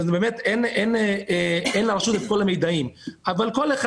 שבאמת אין לרשות את כל המידעים אבל כל אחד